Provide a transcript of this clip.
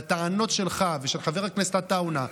והטענות שלך ושל חבר הכנסת עטאונה,